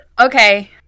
Okay